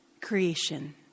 creation